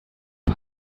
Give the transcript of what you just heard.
den